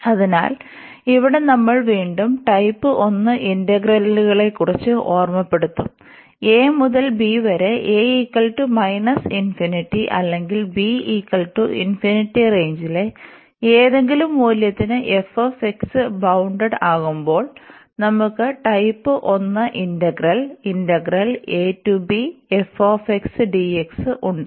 അതിനാൽ ഇവിടെ നമ്മൾ വീണ്ടും ടൈപ്പ് 1 ഇന്റഗ്രലുകളെക്കുറിച്ച് ഓർമ്മപ്പെടുത്തും a മുതൽ b വരെ a ∞ അല്ലെങ്കിൽ b റേഞ്ചിലെ ഏതെങ്കിലും മൂല്യത്തിന് f ബൌണ്ടഡ് ആകുമ്പോൾ നമുക്ക് ടൈപ്പ് 1 ഇന്റഗ്രൽ ഉണ്ട്